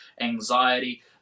anxiety